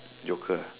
joker